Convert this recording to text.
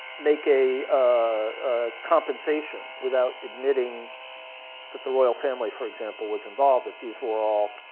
make a ah compensation without admitting that the royal family, for example, was involved, that these were all